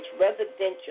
residential